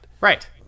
Right